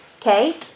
Okay